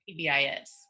PBI's